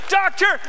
doctor